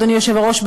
אדוני היושב-ראש,